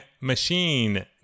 machine